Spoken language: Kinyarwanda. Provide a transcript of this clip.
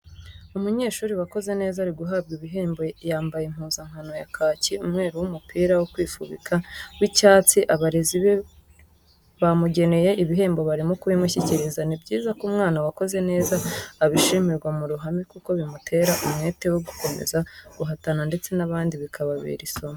Umunyeshuri wakoze neza ari guhabwa ibihembo yambaye impuzankano ya kaki, umweru n'umupira wo kwifubika w'icyatsi, abarezi be bamugeneye ibihembo barimo kubimushyikiriza, ni byiza ko umwana wakoze neza ashimirwa mu ruhame kuko bimutera umwete wo gukomeza guhatana ndetse n'abandi bikababera isomo.